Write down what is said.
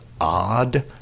odd